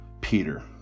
Peter